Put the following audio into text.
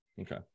Okay